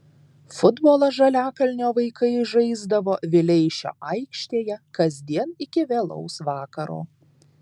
futbolą žaliakalnio vaikai žaisdavo vileišio aikštėje kasdien iki vėlaus vakaro